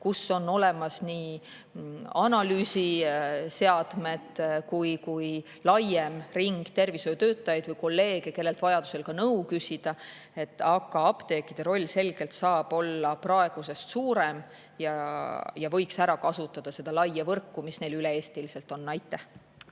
kus on olemas nii analüüsiseadmed kui ka laiem ring tervishoiutöötajaid või kolleege, kellelt vajadusel nõu küsida. Aga apteekide roll selgelt saab olla praegusest suurem ja võiks ära kasutada seda laia võrku, mis neil üle-eestiliselt on.